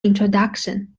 introduction